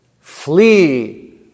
Flee